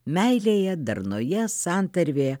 meilėje darnoje santarvė